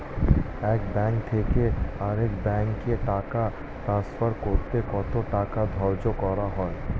এক ব্যাংক থেকে আরেক ব্যাংকে টাকা টান্সফার করতে কত টাকা ধার্য করা হয়?